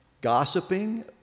gossiping